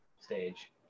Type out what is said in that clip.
stage